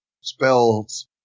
spells